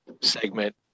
segment